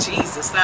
Jesus